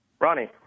Ronnie